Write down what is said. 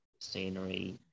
scenery